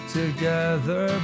Together